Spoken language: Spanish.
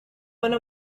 mano